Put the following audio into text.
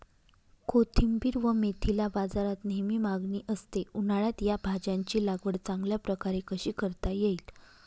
कोथिंबिर व मेथीला बाजारात नेहमी मागणी असते, उन्हाळ्यात या भाज्यांची लागवड चांगल्या प्रकारे कशी करता येईल?